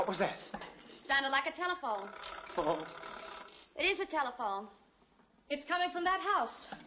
that was that sounded like a telephone is a telephone it's coming from that house